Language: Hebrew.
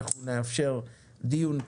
נאפשר דיון כללי.